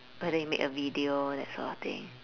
whether you made a video that sort of thing